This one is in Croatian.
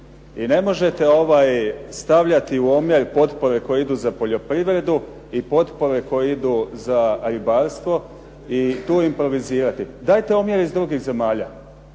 i ne možete stavljati u omjer potpore koje idu za poljoprivredu i potpore koje idu za ribarstvo i tu improvizirati. Dajte omjer iz drugih zemalja,